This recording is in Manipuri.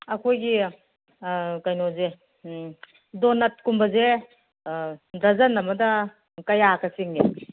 ꯑꯩꯈꯣꯏꯒꯤ ꯀꯩꯅꯣꯁꯦ ꯗꯣꯅꯠꯀꯨꯝꯕꯁꯦ ꯗꯔꯖꯟ ꯑꯃꯗ ꯀꯌꯥꯒ ꯆꯤꯡꯉꯤ